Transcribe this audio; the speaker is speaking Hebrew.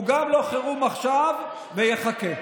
הוא גם לא חירום עכשיו ויחכה.